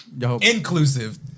Inclusive